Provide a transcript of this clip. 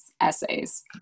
essays